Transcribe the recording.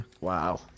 Wow